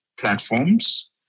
platforms